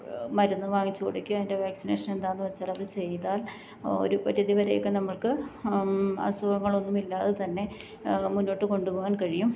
മരുന്ന് വാങ്ങിച്ച് കൊടുക്കുകയും അതിന്റെ വാക്സിനേഷനെന്താണെന്ന് വെച്ചാലത് ചെയ്താല് ഒരു പരിധിവരെയൊക്കെ നമ്മൾക്ക് അസുഖങ്ങളൊന്നുമില്ലാതെ തന്നെ മുന്നോട്ട് കൊണ്ടുപോവാന് കഴിയും